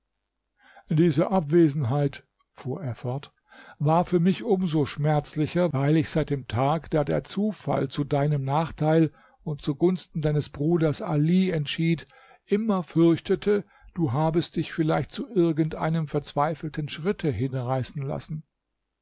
diese abwesenheit fuhr er fort war für mich um so schmerzlicher weil ich seit dem tag da der zufall zu deinem nachteil und zugunsten deines bruders ali entschied immer fürchtete du habest dich vielleicht zu irgend einem verzweifelten schritte hinreißen lassen